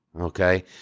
Okay